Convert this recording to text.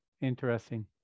interesting